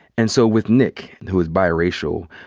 and so with nick, and who is biracial,